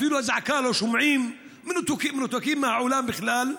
אפילו אזעקה לא שומעים, מנותקים מהעולם בכלל.